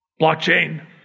blockchain